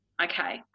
Okay